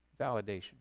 Validation